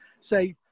say